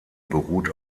beruht